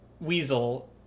Weasel